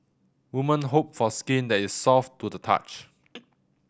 women hope for skin that is soft to the touch